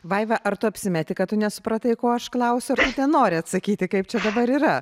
vaiva ar tu apsimeti kad tu nesupratai ko aš klausiu ar nenori atsakyti kaip čia dabar yra